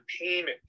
payment